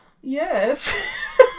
Yes